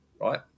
right